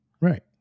Right